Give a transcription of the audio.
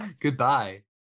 goodbye